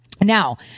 Now